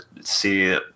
see